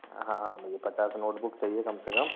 हाँ हाँ भैया पचास नोटबुक चाहिए कम से कम